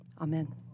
Amen